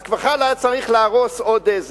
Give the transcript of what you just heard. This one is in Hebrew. אז בכלל היה צריך להרוס עוד.